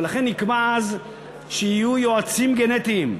ולכן נקבע אז שיהיו יועצים גנטיים,